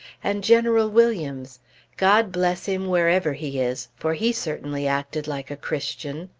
and general williams god bless him, wherever he is! for he certainly acted like a christian.